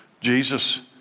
Jesus